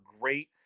great